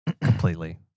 completely